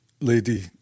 lady